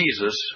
Jesus